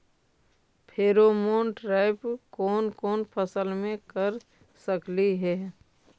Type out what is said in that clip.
Pheromone trap कोन कोन फसल मे कर सकली हे?